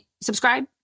subscribe